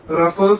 നോക്കാം